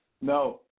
No